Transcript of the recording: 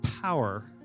power